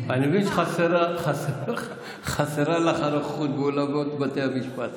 אני מבין שחסרה לך הנוחות באולמות בתי המשפט,